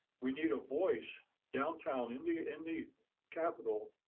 we need a voice downtown in the in the capitol,